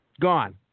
Gone